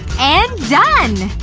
and done!